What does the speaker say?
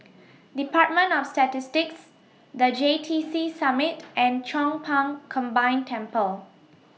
department of Statistics The J T C Summit and Chong Pang Combined Temple